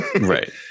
Right